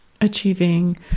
achieving